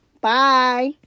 Bye